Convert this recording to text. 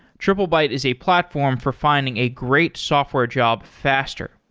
triplebyte is a platform for finding a great software job faster.